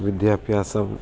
വിദ്യാഭ്യാസം